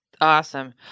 Awesome